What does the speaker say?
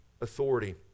authority